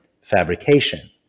fabrication